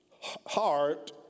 heart